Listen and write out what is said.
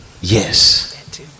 Yes